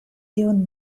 tiun